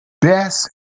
best